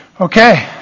Okay